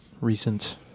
recent